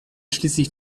schließlich